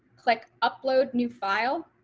click upload new file,